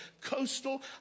Coastal